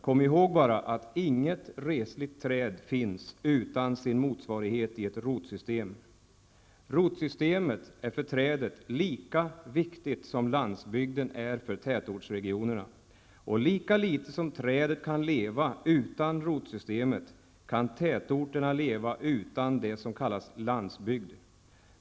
Kom ihåg bara, att inget resligt träd finns utan sin motsvarighet i ett rotsystem! Rotsystemet är för trädet lika viktigt som landsbygden är för tätortsregionerna. Lika litet som trädet kan leva utan rotsystemet, kan tätorterna leva utan det som kallas landsbygd.